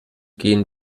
gehen